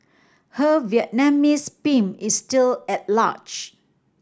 her Vietnamese pimp is still at large